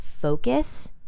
focus